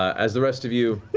as the rest of you